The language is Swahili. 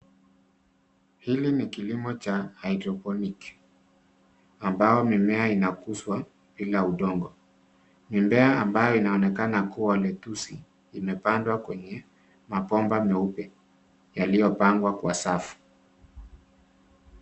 Hili ni kilimo cha hyroponic ambao mimea inakuzwa bila udongo. Mimea ambayo inaonekana kuwa lettuce imepandwa kwenye mabomba meupe yaliyopangwa kwa safu.